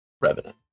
revenant